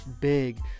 big